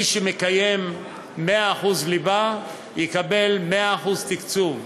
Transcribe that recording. מי שמקיים 100% ליבה, יקבל 100% תקצוב.